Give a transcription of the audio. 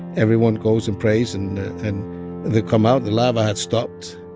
everyone goes and prays, and and they come out, the lava had stopped.